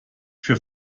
für